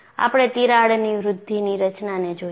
આપણે તિરાડની વૃધ્ધિની રચનાને જોઈશું